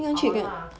好玩吗哈